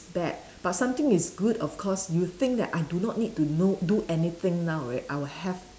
bad but something is good of course you think that I do not need to know do anything now right I will have